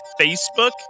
Facebook